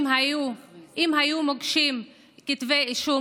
אם היו מוגשים כתבי אישום,